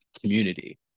community